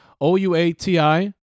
O-U-A-T-I